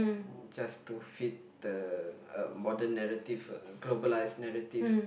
just to fit the uh modern narrative uh globalised narrative